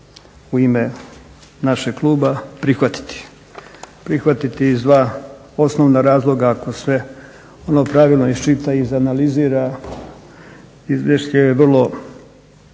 u ime našeg kluba prihvatiti, prihvatiti iz dva osnovna razloga ako se ono pravilno iščita i izanalizira izvješće je vrlo